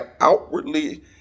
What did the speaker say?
outwardly